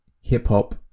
hip-hop